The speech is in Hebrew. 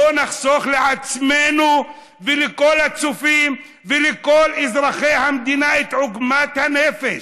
בוא נחסוך לעצמנו ולכל הצופים ולכל אזרחי המדינה את עוגמת הנפש.